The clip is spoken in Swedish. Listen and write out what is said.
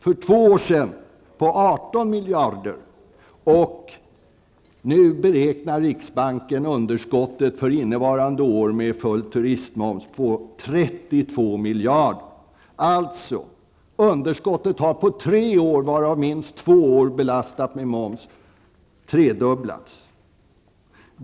För två år sedan var det 18 miljarder, och nu beräknar riksbanken underskottet för innevarande år med full turistmoms till 32 miljarder. Alltså: Underskottet har på tre år, varav minst två år belastat med moms, tredubblats.